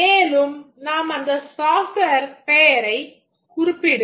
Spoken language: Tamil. மேலும் நாம் அந்த software பெயரைக் குறிப்பிடுகிறோம்